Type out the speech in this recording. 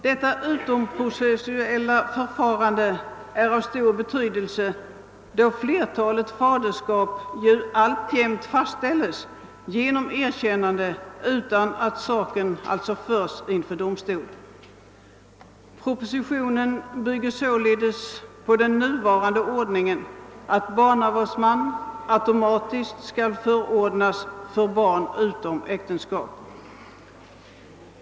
Detta utomprocessuella förfarande är av stor betydelse då flertalet faderskap alltjämt fastställes genom erkännande och utan att saken dras inför domstol. Propositionen bygger således på den nuvarande ordningen att barnavårdsman automatiskt förordnas för barn utom äktenskap.